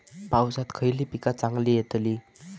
पावसात खयली पीका चांगली येतली?